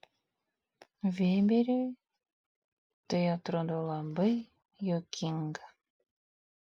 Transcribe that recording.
vėberiui tai atrodo labai juokinga